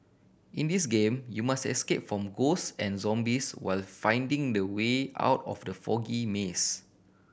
in this game you must escape from ghost and zombies while finding the way out of the foggy maze